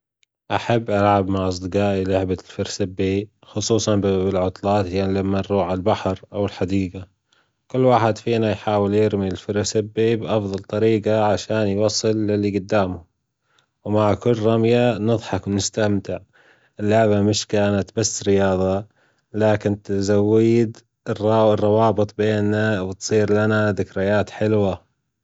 .أحب ألعب مع أصدجائي لعبة الفريسبي خصوصا بالعطلات يعني لما نروح عالبحر أو الحديقة، كل واحد فينا يحاول يرمي الفريسبي بأفضل طريقة عشان يوصل للي جدامه، ومع كل رمية نضحك ونستمتع. اللعبة مش كانت بس رياضة لكن تزود الروابط بينا وتصير لنا ذكريات حلوة